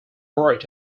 worked